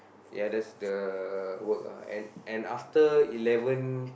ya that's the work ah and and after eleven